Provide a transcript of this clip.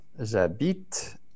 J'habite